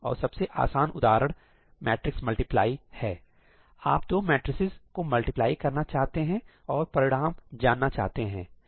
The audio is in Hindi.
और सबसे आसान उदाहरण मैट्रिक्स मल्टीप्लाई है आप दो मैट्रिसेज को मल्टीप्लाई करना चाहते हैं और परिणाम जानना चाहते हैं